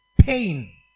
pain